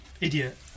idiot